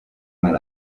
mal